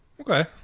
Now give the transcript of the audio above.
Okay